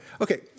Okay